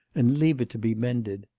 and leave it to be mended.